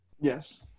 yes